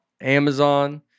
Amazon